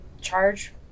charge